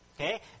Okay